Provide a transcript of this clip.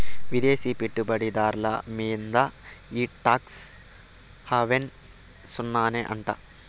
విదేశీ పెట్టుబడి దార్ల మీంద ఈ టాక్స్ హావెన్ సున్ననే అంట